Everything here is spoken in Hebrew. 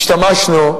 השתמשנו,